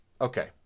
Okay